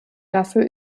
dafür